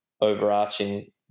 overarching